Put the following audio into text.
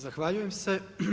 Zahvaljujem se.